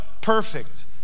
perfect